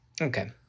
okay